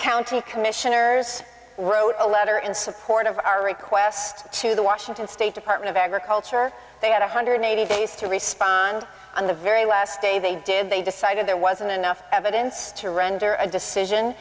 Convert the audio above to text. county commissioners wrote a letter in support of our request to the washington state department of agriculture they had one hundred eighty days to respond and the very last day they did they decided there wasn't enough evidence to render a decision